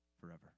forever